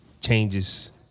changes